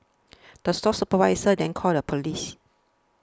the store supervisor then called the police